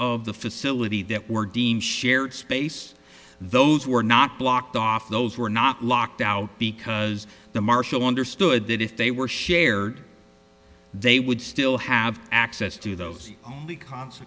of the facility that were being shared space those were not blocked off those were not locked out because the marshal understood that if they were shared they would still have access to those